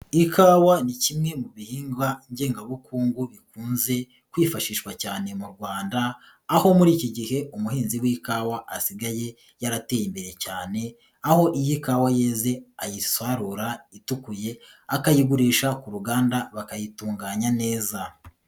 Ikawa ni kimwe mu bihingwa ngengabukungu bikunze kwifashishwa cyane mu Rwanda, aho muri iki gihe umuhinzi w'ikawa asigaye yarateye imbere cyane, aho iyi kawa yeze ayisarura itukuye akayigurisha ku ruganda bakayitunganya neza.